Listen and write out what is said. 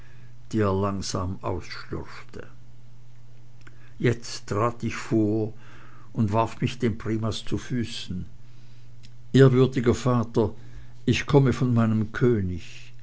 die er langsam ausschlürfte jetzt trat ich vor und warf mich dem primas zu füßen ehrwürdiger vater ich komme von meinem könig